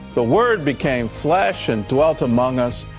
the word became flesh and dwelt among us,